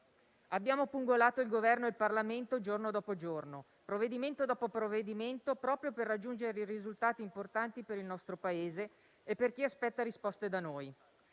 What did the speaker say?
Abbiamo pungolato il Governo e il Parlamento giorno dopo giorno, provvedimento dopo provvedimento, proprio per raggiungere risultati importanti per il nostro Paese e per chi aspetta risposte da noi.